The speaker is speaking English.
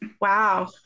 Wow